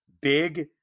big